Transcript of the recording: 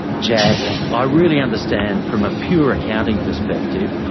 jack, i really understand from a pure accounting perspective,